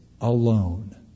alone